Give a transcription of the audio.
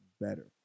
better